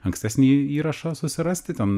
ankstesnį į įrašą susirasti ten